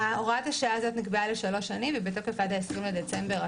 הוראת השעה הזאת נקבעה לשלוש שנים והיא בתוקף עד 20 בדצמבר השנה,